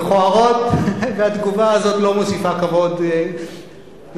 מכוערות והתגובה הזאת לא מוסיפה כבוד לשוטרים,